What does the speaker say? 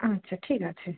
আচ্ছা ঠিক আছে